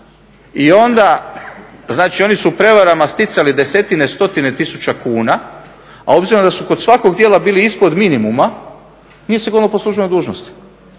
i onda, znači oni su prevarama sticali desetine, stotine tisuća kuna, a obzirom da su kod svakog djela bili ispod minimuma nije se gonilo po službenoj dužnosti.